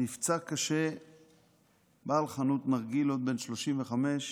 נפצע קשה בעל חנות נרגילות בן 35,